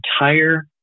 entire